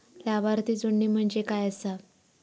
लाभार्थी जोडणे म्हणजे काय आसा?